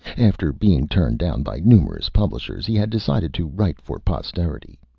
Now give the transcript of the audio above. after being turned down by numerous publishers, he had decided to write for posterity.